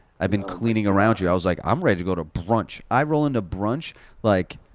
i've been cleaning around you. i was like, i'm ready to go to brunch. i roll into brunch like